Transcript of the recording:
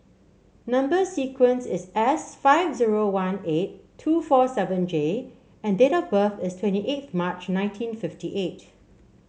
number sequence is S five zero one eight two four seven J and date of birth is twenty eight March nineteen fifty eight